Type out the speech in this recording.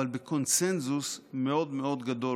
אבל בקונסנזוס מאוד מאוד גדול.